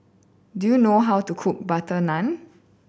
do you know how to cook butter naan